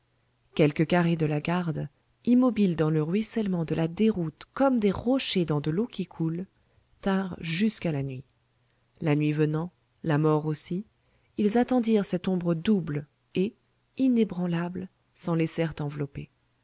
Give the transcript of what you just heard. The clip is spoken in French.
quelques carrés de la garde immobiles dans le ruissellement de la déroute comme des rochers dans de l'eau qui coule tinrent jusqu'à la nuit la nuit venant la mort aussi ils attendirent cette ombre double et inébranlables s'en laissèrent envelopper